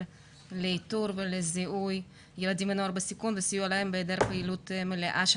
לאיתור ולזיהוי ילדים ונוער בסיכון וסיוע להם בהיעדר פעילות מלאה של